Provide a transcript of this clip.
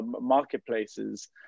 marketplaces